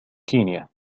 kenya